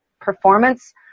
performance